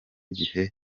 gihe